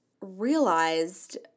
realized